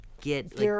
get –